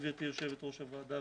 גברתי יושבת ראש הוועדה,